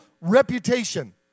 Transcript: reputation